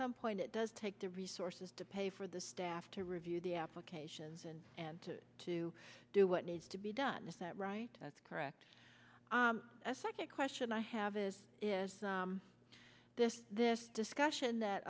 some point it does take the resources to pay for the staff to review the applications and and to do what needs to be done is that right that's correct a second question i have is is this this discussion that